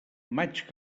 maig